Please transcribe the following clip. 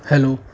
hello